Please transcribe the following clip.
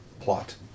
plot